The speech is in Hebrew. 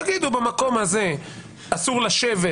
תגידו שבמקום הזה אסור לשבת,